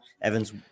Evans